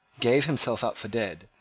gave himself up for dead,